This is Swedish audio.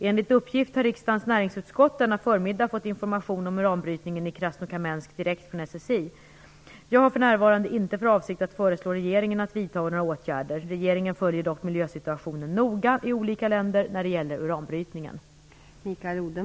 Enligt uppgift har riksdagens näringsutskott denna förmiddag fått information om uranbrytningen i Krasnokamensk direkt från SSI. Jag har för närvarande inte för avsikt att föreslå regeringen att vidta några åtgärder. Regeringen följer dock noga miljösituationen i olika länder när det gäller uranbrytningen.